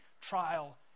trial